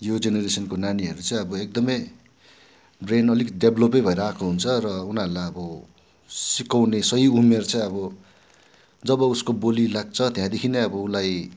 यो जेनेरेसनको नानीहरू चाहिँ अब एकदमै ब्रेन अलिकति डेभलपै भएर आएको हुन्छ र उनीहरूलाई अब सिकाउने सही उमेर चाहिँ अब जब उसको बोली लाग्छ त्यहाँदेखिनै अब उसलाई